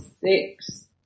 six